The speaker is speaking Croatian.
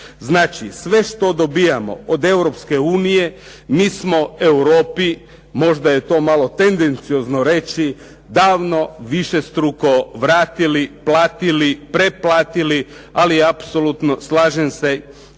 Znači, sve što dobivamo od Europske unije mi smo Europi, možda je to malo tendenciozno reći davno višestruko vratili, platili, preplatili. Ali apsolutno slažem se